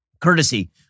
courtesy